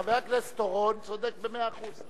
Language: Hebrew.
חבר הכנסת אורון צודק במאה אחוז.